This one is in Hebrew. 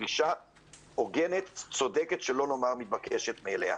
זאת דרישה הוגנת, צודקת, שלא לומר מתבקשת מאליה.